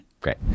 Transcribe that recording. great